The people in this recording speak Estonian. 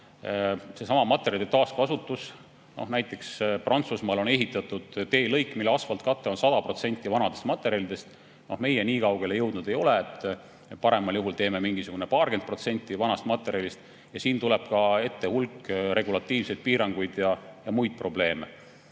Seesama materjalide taaskasutus: näiteks Prantsusmaal on ehitatud teelõik, mille asfaltkate on 100% vanadest materjalidest. Meie nii kaugele jõudnud ei ole, paremal juhul teeme kuni mingisugune paarkümmend protsenti vanast materjalist. Ja siin tuleb ka ette hulk regulatiivseid piiranguid ja muid probleeme.